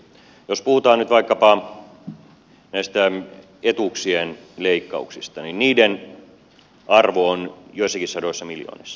jos puhutaan nyt vaikkapa näistä etuuksien leikkauksista niin niiden arvo on joissakin sadoissa miljoonissa